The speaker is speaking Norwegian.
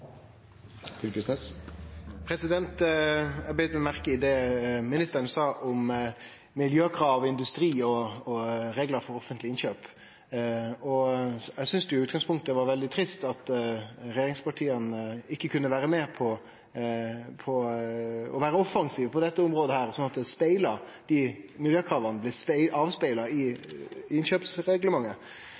det. Eg beit meg merke i det ministeren sa om miljøkrav, industri og reglar for offentlege innkjøp. Eg synest det i utgangspunktet var veldig trist at regjeringspartia ikkje kunne vere med på å vere offensive på dette området, sånn at miljøkrava blir spegla i innkjøpsreglementet.